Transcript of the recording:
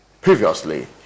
Previously